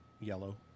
yellow